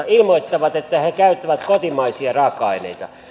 ilmoittavat että he käyttävät kotimaisia raaka aineita